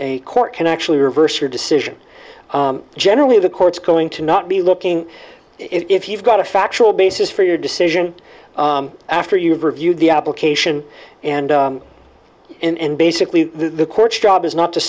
a court can actually reverse your decision generally the court's going to not be looking if you've got a factual basis for your decision after you've reviewed the application and and basically the court's job is not to